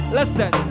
Listen